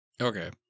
Okay